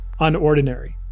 unordinary